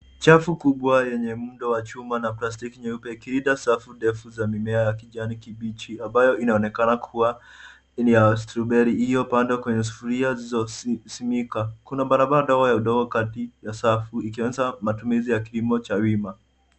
Chafu kubwa yenye muundo wa chuma na plastiki nyeupe ikilinda safu ndefu za mimea ya kijani kibichi ambayo inaonekana kuwa ni ya strawberry iliyopandwa kwenye sufuria zilizosimika. Kuna barabara ndogo ya udongo kati ya safu ikionyesha matumizi ya kilimo cha wima.